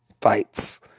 fights